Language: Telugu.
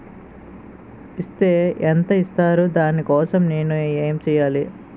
ఇస్ తే ఎంత ఇస్తారు దాని కోసం నేను ఎంచ్యేయాలి?